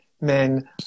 men